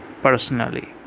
personally